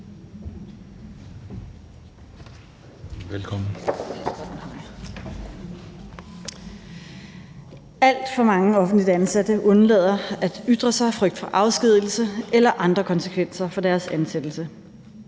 Alt for mange offentligt ansatte undlader at ytre sig af frygt for afskedigelse eller andre konsekvenser for deres ansættelse.